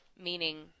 meaning